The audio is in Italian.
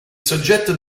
soggetto